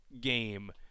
game